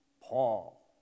Paul